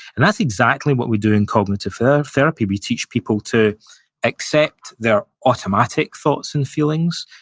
and that's exactly what we do in cognitive therapy. we teach people to accept their automatic thoughts and feelings,